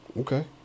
Okay